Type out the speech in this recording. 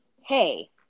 hey